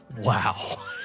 Wow